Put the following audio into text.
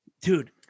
Dude